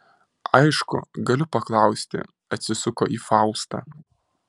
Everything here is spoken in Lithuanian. aišku galiu paklausti atsisuko į faustą